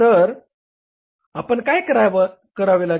तर आपण काय करावे लागेल